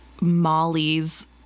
Molly's